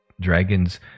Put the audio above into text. dragons